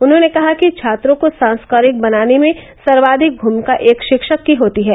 उन्होंने कहा कि छात्रों को संस्कारिक बनाने में सर्वाधिक भूमिका एक शिक्षक की होती है